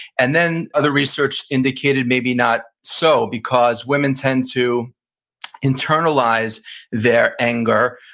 and then other research indicated maybe not so because women tend to internalize their anger.